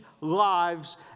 lives